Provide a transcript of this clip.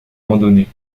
randonnée